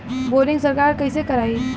Boring सरकार कईसे करायी?